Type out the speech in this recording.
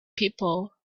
people